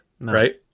right